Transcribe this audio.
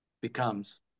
becomes